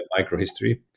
Microhistory